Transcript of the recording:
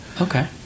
Okay